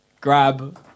Grab